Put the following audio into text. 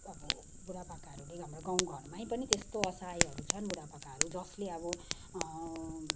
अब बुढापाकाहरूले हाम्रो गाउँघरमै पनि त्यस्तो असहायहरू छन् बुढापाकाहरू जसले अब